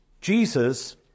Jesus